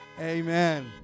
Amen